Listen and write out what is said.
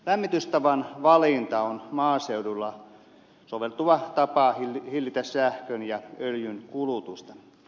lämmitystavan valinta on maaseudulla soveltuva tapa hillitä sähkön ja öljyn kulutusta